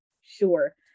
sure